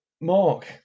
Mark